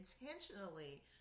intentionally